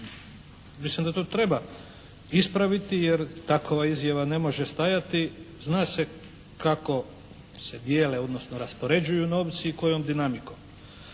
Mislim da to treba ispraviti jer takova izjava ne može stajati. Zna se kako se dijele, odnosno raspoređuju novci i kojom dinamikom.